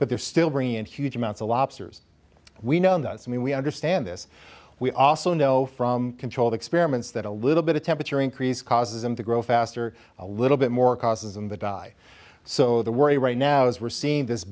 but they're still bringing in huge amounts of lobsters we know in the us and we understand this we also know from controlled experiments that a little bit of temperature increase causes them to grow faster a little bit more causes them to die so the right now as we're seeing this